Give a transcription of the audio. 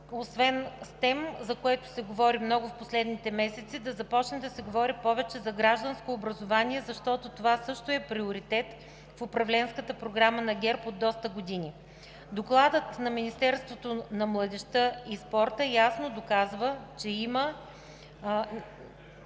Освен за STEM, за което се говори много в последните месеци, да започне да се говори повече и за гражданско образование, защото това също е приоритет в управленската програма на ГЕРБ от доста години. Докладът на Министерството на младежта и спорта ясно доказва, че има